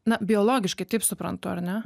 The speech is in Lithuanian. na biologiškai taip suprantu ar ne